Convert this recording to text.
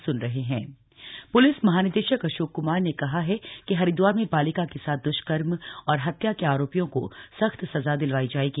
DGP police महानिदेशक अशोक क्मार ने कहा है कि हरिदवार में बालिका के साथ द्ष्कर्म और हत्या के आरोपियों को सख्त सजा दिलवाई जाएगी